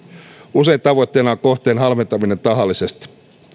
usein tavoitteena on kohteen halventaminen tahallisesti